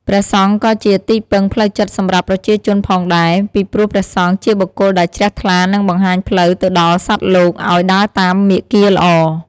ព្រះសង្ឃក៏ជា ទីពឹងផ្លូវចិត្តសម្រាប់ប្រជាជនផងដែរ ពីព្រោះព្រះសង្ឃជាបុគ្គលដែលជ្រះថ្លានិងបង្ហាញផ្លូវទៅដល់សត្វលោកអោយដើរតាមមាគាល្អ។